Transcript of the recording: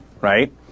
right